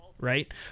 right